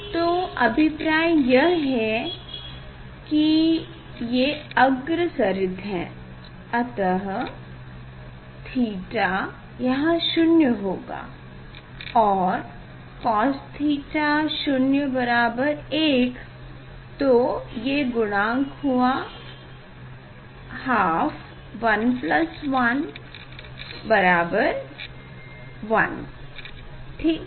तो अभिप्राय यह है कि ये अग्रसरित है अतः थीटा यहाँ शून्य होगा और Cos थीटा 0 बराबर 1 तो ये गुणांक होगा हाफ 1 प्लस 1 तो हुआ 1 ठीक है